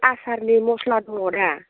आसारनि मस्ला दङ दा